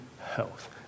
health